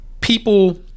people